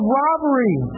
robbery